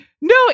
No